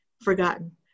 forgotten